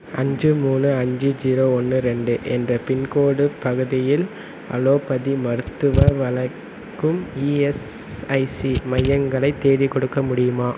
அஞ்சு மூணு அஞ்சு ஜீரோ ஒன்று ரெண்டு என்ற பின்கோடு பகுதியில் அலோபதி மருத்துவ வலக்கும் இஎஸ்ஐசி மையங்களை தேடிக்கொடுக்க முடியுமா